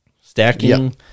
stacking